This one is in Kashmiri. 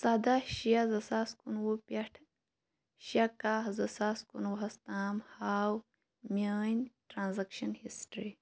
سَداہ شےٚ زٕ ساس کُنوُہ پٮ۪ٹھ شےٚ کاہ زٕ ساس کُنوُہَس تام ہاو میٛٲنۍ ٹرٛانٛزیکشن ہِسٹری